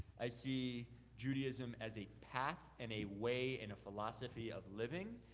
i see judaism as a path and a way and a philosophy of living,